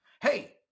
Hey